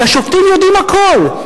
כי השופטים יודעים הכול.